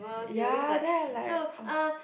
ya then I like